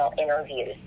interviews